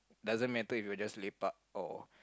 doesn't matter if you are just lepak or